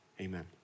amen